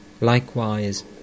Likewise